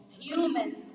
humans